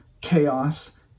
chaos